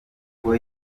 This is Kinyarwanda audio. ubwo